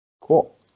Cool